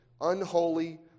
unholy